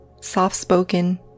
soft-spoken